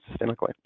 systemically